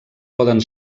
poden